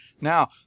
Now